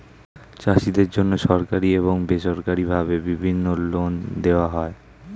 চাষীদের জন্যে সরকারি এবং বেসরকারি ভাবে বিভিন্ন লোন দেওয়া হয়